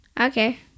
Okay